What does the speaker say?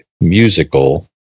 musical